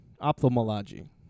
Ophthalmology